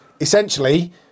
essentially